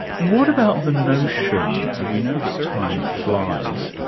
what about the notion, we know that time flies,